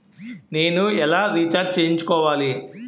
నేను ఎలా రీఛార్జ్ చేయించుకోవాలి?